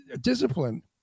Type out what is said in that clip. discipline